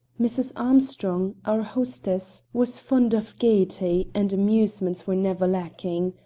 mrs. armstrong, our hostess, was fond of gaiety, and amusements were never lacking.